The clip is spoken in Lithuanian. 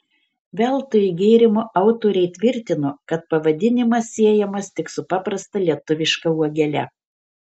veltui gėrimo autoriai tvirtino kad pavadinimas siejamas tik su paprasta lietuviška uogele